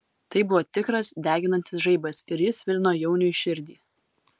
tai buvo tikras deginantis žaibas ir jis svilino jauniui širdį